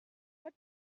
pot